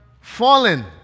fallen